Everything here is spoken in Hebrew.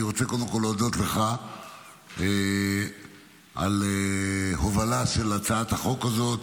אני רוצה קודם כול להודות לך על ההובלה של הצעת החוק הזאת.